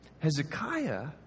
Hezekiah